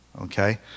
Okay